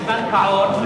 של בנק העור,